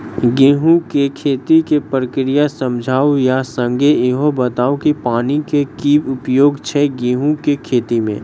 गेंहूँ केँ खेती केँ प्रक्रिया समझाउ आ संगे ईहो बताउ की पानि केँ की उपयोग छै गेंहूँ केँ खेती में?